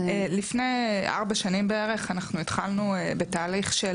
לפני ארבע שנים בערך אנחנו התחלנו בתהליך של